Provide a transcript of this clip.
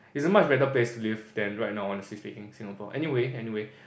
is a much better place to live than right now honestly speaking Singapore anyway anyway